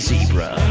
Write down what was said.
Zebra